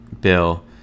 bill